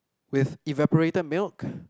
with evaporated milk